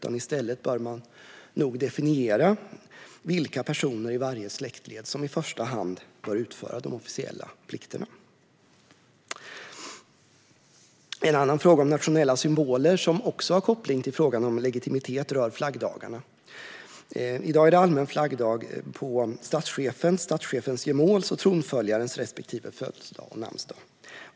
I stället bör man definiera vilka personer i varje släktled som i första hand bör utföra de officiella plikterna. En annan fråga om nationella symboler som också har koppling till frågan om legitimitet rör flaggdagarna. I dag är det allmän flaggdag på statschefens, statschefens gemåls och tronföljarens respektive födelsedagar och namnsdagar.